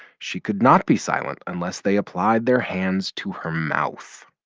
she could not be silent unless they applied their hands to her mouth